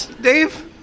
Dave